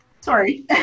Sorry